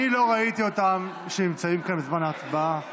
אני לא ראיתי אותם נמצאים כאן בזמן ההצבעה.